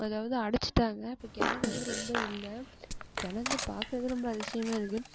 அதாவது அடைச்சிட்டாங்க இப்போ கிணறு வந்து ரொம்ப இல்லை கிணத்த பார்க்கறதே ரொம்ப அதிசயமாக இருக்குது